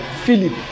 Philip